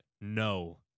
no